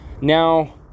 Now